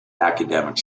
academic